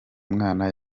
mwana